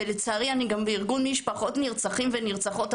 ולצערי אני גם בארגון משפחות נרצחים ונרצחות,